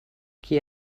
qui